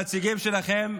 הנציגים שלכם,